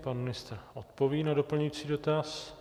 Pan ministr odpoví na doplňující dotaz.